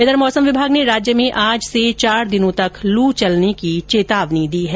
इधर मौसम विभाग ने राज्य में आज से चार दिनों तक लू चलने की चेतावनी दी है